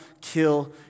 kill